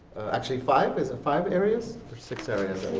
actually five is it five areas, or six areas?